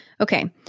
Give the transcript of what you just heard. Okay